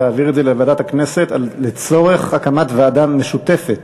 להעביר את זה לוועדת הכנסת לצורך הקמת ועדה משותפת.